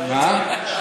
מה?